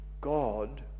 God